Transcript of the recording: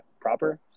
proper